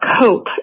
cope